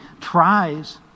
tries